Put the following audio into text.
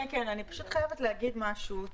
כן, אני פשוט חייבת להגיד משהו.